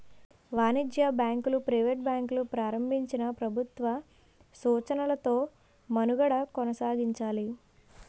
వాణిజ్య బ్యాంకులు ప్రైవేట్ వ్యక్తులు ప్రారంభించినా ప్రభుత్వ సూచనలతో మనుగడ కొనసాగించాలి